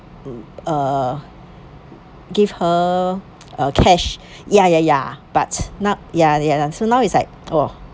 mm uh give her uh cash ya ya ya but not ya ya lah so now it's like oh